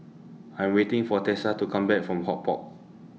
I'm waiting For Tessa to Come Back from HortPark